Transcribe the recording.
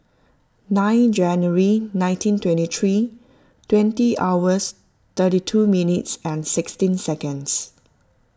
nine January nineteen twenty three twenty hours thirty two minutes and sixteen seconds